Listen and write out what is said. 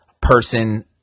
person